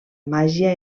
màgia